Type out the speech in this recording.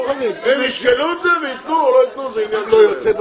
הם ישקלו את זה, ויתנו או לא יתנו זה עניין שלהם.